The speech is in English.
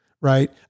Right